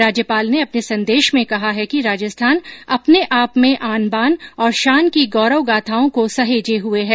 राज्यपाल ने अपने संदेश में कहा है कि राजस्थान अपने आप में आन बान और शान की गौरव गाथाओ को सहेजे हए है